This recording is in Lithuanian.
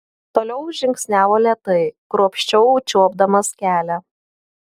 toliau žingsniavo lėtai kruopščiau čiuopdamas kelią